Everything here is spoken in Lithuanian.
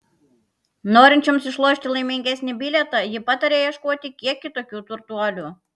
norinčioms išlošti laimingesnį bilietą ji pataria ieškoti kiek kitokių turtuolių